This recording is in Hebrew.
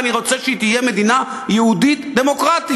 ואני רוצה שהיא תהיה מדינה יהודית דמוקרטית,